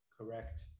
Correct